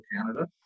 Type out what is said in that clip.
Canada